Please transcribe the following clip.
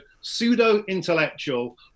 pseudo-intellectual